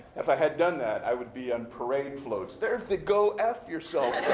if i had done that, i would be on parade floats. there's the go f yourself